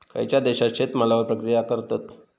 खयच्या देशात शेतमालावर प्रक्रिया करतत?